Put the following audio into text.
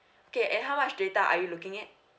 okay and how much data are you looking at